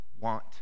want